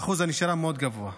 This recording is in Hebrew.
שיעור הנשירה גבוה מאוד,